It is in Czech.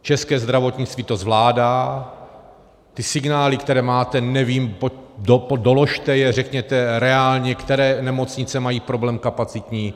České zdravotnictví to zvládá, ty signály, které máte, nevím, doložte je, řekněte reálně, které nemocnice mají problém kapacitní.